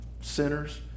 sinners